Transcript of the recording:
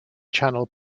channel